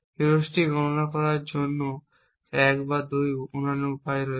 heuristic গণনা করার জন্য 1 বা 2টি অন্যান্য উপায় রয়েছে